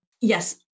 yes